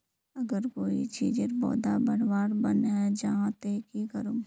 अगर कोई चीजेर पौधा बढ़वार बन है जहा ते की करूम?